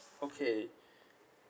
okay